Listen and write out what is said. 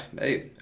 Hey